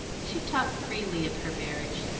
she talked freely of her marriage,